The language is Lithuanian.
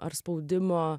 ar spaudimo